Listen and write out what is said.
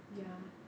ya